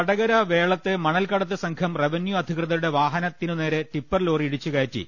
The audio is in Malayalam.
വടകര വേളത്ത് മണൽകടത്ത്സംഘം റവന്യൂ അധികൃതരുടെ വാഹനത്തിനുനേരെ ടിപ്പർലോറി ഇടിച്ചുകയറ്റി